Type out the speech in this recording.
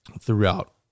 throughout